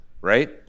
right